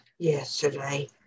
Yesterday